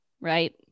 right